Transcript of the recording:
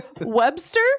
Webster